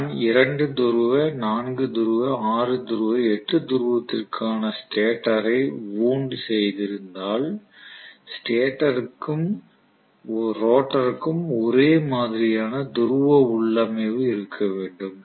நான் 2 துருவ 4 துருவ 6 துருவ 8 துருவத்திற்காக ஸ்டேட்டரை வூண்ட் செய்திருந்தால் ஸ்டேட்டருக்கும் ரோட்டருக்கும் ஒரே மாதிரியான துருவ உள்ளமைவு இருக்க வேண்டும்